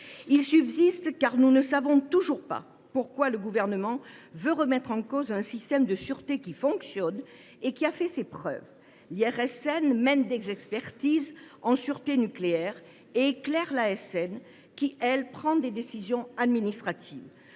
En effet, nous ne savons toujours pas pourquoi le Gouvernement veut remettre en cause un système de sûreté qui fonctionne et a fait ses preuves. L’IRSN mène des expertises en sûreté nucléaire et éclaire l’ASN, qui, de son côté, prend des décisions administratives.